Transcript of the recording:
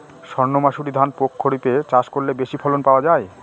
সর্ণমাসুরি ধান প্রক্ষরিপে চাষ করলে বেশি ফলন পাওয়া যায়?